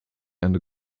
and